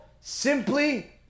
simply